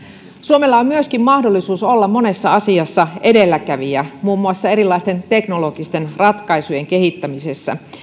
suomella on myöskin mahdollisuus olla monessa asiassa edelläkävijä muun muassa erilaisten teknologisten ratkaisujen kehittämisessä